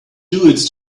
duets